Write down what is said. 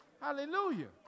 Hallelujah